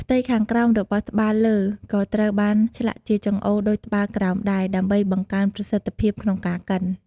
ផ្ទៃខាងក្រោមរបស់ត្បាល់លើក៏ត្រូវបានឆ្លាក់ជាចង្អូរដូចត្បាល់ក្រោមដែរ ដើម្បីបង្កើនប្រសិទ្ធភាពក្នុងការកិន។